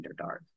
underdark